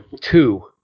Two